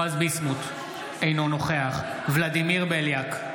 אינו נוכח ולדימיר בליאק,